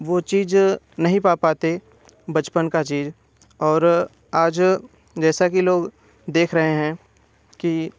वो चीज़ नहीं पा पाते बचपन का चीज़ और आज जैसा कि लोग देख रहे हैं कि